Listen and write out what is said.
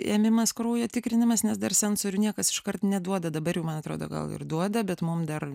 ėmimas kraujo tikrinimas nes dar sensorių ir niekas iškart neduoda dabar jau man atrodo gal ir duoda bet mum dar